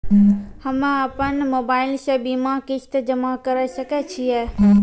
हम्मे अपन मोबाइल से बीमा किस्त जमा करें सकय छियै?